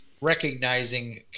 recognizing